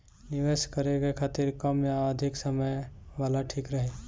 निवेश करें के खातिर कम या अधिक समय वाला ठीक रही?